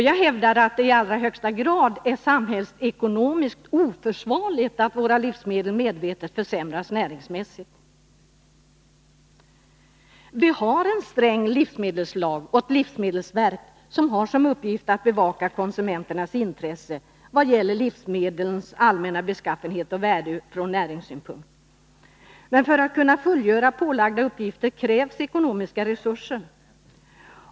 Jag hävdar att det i allra högsta grad är samhällsekonomiskt oförsvarligt att våra livsmedel medvetet försämras näringsmässigt. Vi har en sträng livsmedelslag och ett livsmedelsverk som har som uppgift att bevaka konsumenternas intressen i vad gäller livsmedlens allmänna beskaffenhet och värde ur näringssynpunkt. Men för att man skall kunna fullgöra pålagda uppgifter krävs ekonomiska resurser.